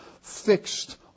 fixed